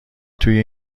توی